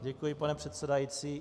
Děkuji, pane předsedající.